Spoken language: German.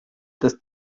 dass